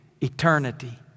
eternity